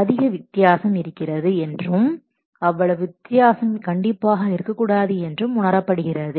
அதிக வித்தியாசம் இருக்கிறது என்றும் அவ்வளவு வித்தியாசம் கண்டிப்பாக இருக்கக்கூடாது என்றும் உணரப்படுகிறது